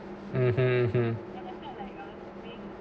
mmhmm